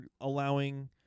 allowing